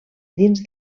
dins